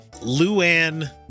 Luan